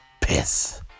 piss